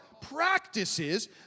practices